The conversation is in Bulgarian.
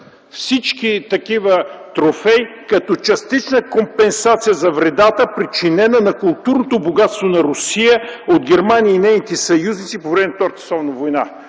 всички такива трофеи като частична компенсация за вредата, причинена на културното богатство на Русия от Германия и нейните съюзници по време на Втората световна война.